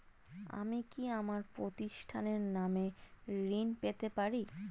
আমি কি আমার প্রতিষ্ঠানের নামে ঋণ পেতে পারি?